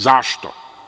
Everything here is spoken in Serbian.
Zašto?